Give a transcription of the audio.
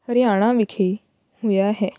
ਹਰਿਆਣਾ ਵਿਖੇ ਹੋਇਆ ਹੈ